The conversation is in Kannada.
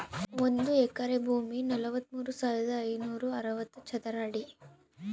ಒಂದು ಎಕರೆ ಭೂಮಿ ನಲವತ್ಮೂರು ಸಾವಿರದ ಐನೂರ ಅರವತ್ತು ಚದರ ಅಡಿ